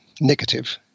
negative